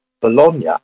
Bologna